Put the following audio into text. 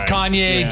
Kanye